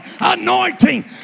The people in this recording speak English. anointing